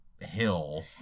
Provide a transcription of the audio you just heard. hill